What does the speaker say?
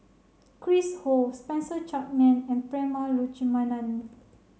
Chris Ho Spencer Chapman and Prema Letchumanan